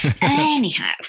Anyhow